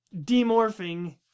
demorphing